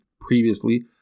previously